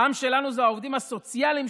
העם שלנו זה העובדים הסוציאליים,